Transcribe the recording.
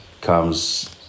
comes